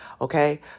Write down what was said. okay